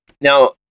now